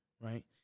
right